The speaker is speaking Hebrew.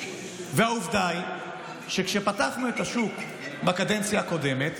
ועובדה היא שכשפתחנו את השוק בקדנציה הקודמת,